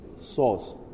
sauce